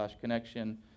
connection